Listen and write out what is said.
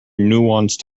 nuanced